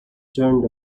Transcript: turned